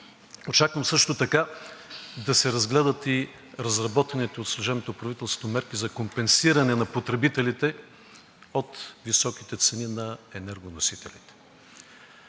Очаквам също така да се разгледат и разработените от служебното правителство мерки за компенсиране на потребителите от високите цени на енергоносителите.